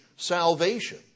salvation